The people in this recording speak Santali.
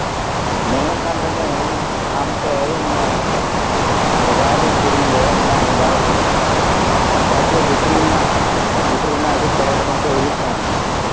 ᱢᱮᱱᱮᱫ ᱠᱟᱱ ᱛᱟᱦᱮᱱᱤᱧ ᱟᱢᱴᱷᱮᱱ ᱚᱱᱮ ᱢᱳᱵᱟᱭᱤᱞᱤᱧ ᱠᱤᱨᱤᱧ ᱞᱮᱫᱟ ᱚᱱᱟ ᱢᱳᱵᱟᱭᱤᱞ ᱵᱟᱪᱚ ᱵᱮᱴᱨᱤ ᱨᱮᱱᱟᱜ ᱵᱮᱴᱨᱤ ᱨᱮᱱᱟᱜ ᱟᱹᱰᱤ ᱯᱨᱚᱵᱽᱞᱮᱢ ᱪᱚᱝ ᱦᱩᱭᱩᱜ ᱠᱟᱱ